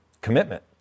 commitment